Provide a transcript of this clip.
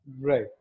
Right